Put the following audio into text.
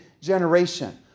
generation